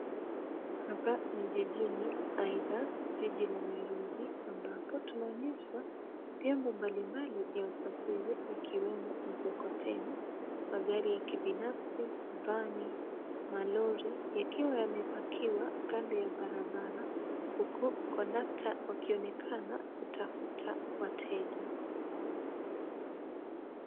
Hapa ni jijini aidha jiji la Nairobi ambapo tunaonyesha vyombo mbalimbali ya usafiri ikiwemo mkokoteni, magari ya kibinafsi, vani, malori yakiwa yamepakiwa kando ya barabara huku kondakta wakionekana kutafuta wateja.